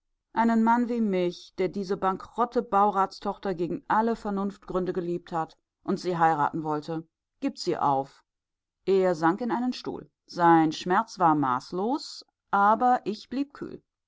einen mann wie mich der diese bankerotte bauratstochter gegen alle vernunftgründe geliebt hat und sie heiraten wollte gibt sie auf er sank in einen stuhl sein schmerz war maßlos aber ich blieb kühl